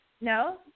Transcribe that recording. No